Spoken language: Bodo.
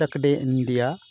चक दे इन्डिया